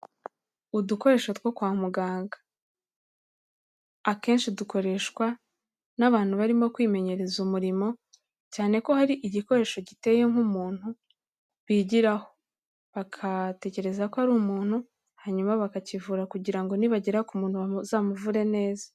Udukoresho kwa muganga akenshi dukoreshwa n'abantu barimo kwimenyereza umurimo, cyane ko hari igikoresho giteye nk'umuntu bigiraho. Bagatekereza ko ari umuntu, hanyuma bakakivura kugira ngo nibagera ku muntu bazamuvure neza.